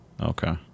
okay